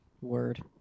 word